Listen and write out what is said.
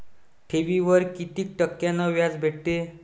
ठेवीवर कितीक टक्क्यान व्याज भेटते?